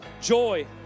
joy